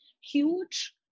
huge